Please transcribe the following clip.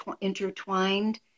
intertwined